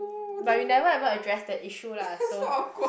but we never ever addressed the issue lah so